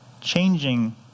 changing